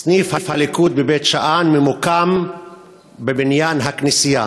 סניף הליכוד בבית-שאן ממוקם בבניין הכנסייה.